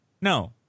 no